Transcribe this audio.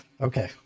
okay